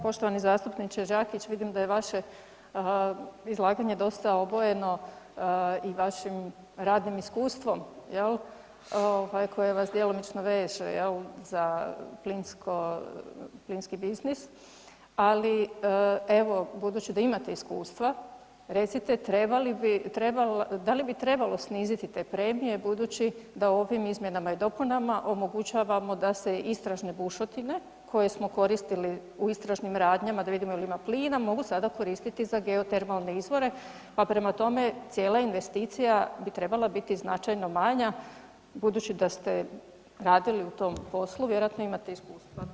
Poštovani zastupniče Đakić, vidim da je vaše izlaganje dosta obojeno i vašim radnim iskustvom, je li, koje vas djelomično veže, je li, za plinski biznis, ali evo, budući da imate iskustva, recite da li bi trebalo sniziti te premije budući da ovim izmjenama i dopunama omogućavamo da se istražne bušotine koje smo koristili u istražnim radnjama da vidimo je li ima plina, mogu sada koristiti za geotermalne izvore, pa prema tome, cijela investicija bi trebala biti značajno manja budući da ste radili u tom poslu, vjerojatno imate iskustva ... [[Govornik se ne čuje.]] Hvala lijepo.